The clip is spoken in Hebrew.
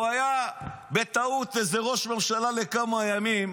הוא היה בטעות איזה ראש ממשלה לכמה ימים,